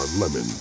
Lemon